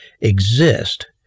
exist